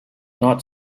not